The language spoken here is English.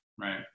right